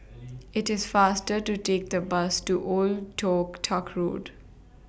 IT IS faster to Take The Bus to Old Tock Tuck Road